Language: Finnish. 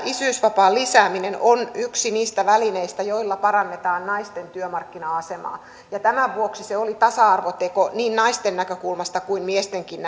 isyysvapaan lisääminen on yksi niistä välineistä joilla parannetaan naisten työmarkkina asemaa tämän vuoksi se oli tasa arvoteko niin naisten näkökulmasta kuin miestenkin